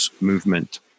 Movement